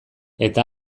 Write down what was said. eta